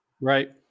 Right